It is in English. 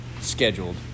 scheduled